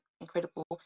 incredible